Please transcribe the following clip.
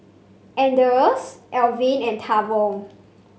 Anders Alvin and Tavon